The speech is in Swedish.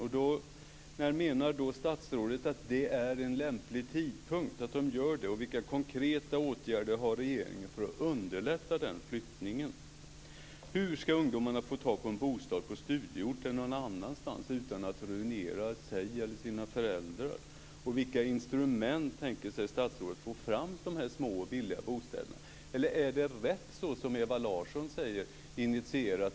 När menar statsrådet att det är en lämplig tidpunkt för de unga att göra det och vilka konkreta åtgärder har regeringen för att underlätta flyttningen? Hur ska ungdomarna få tag i en bostad på studieorten eller någon annanstans utan att ruinera sig själva eller sina föräldrar och med vilka instrument tänker sig statsrådet få fram de här små och billiga bostäderna? Eller är det som Ewa Larsson säger rätt?